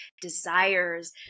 desires